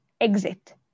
Exit